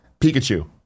Pikachu